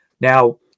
Now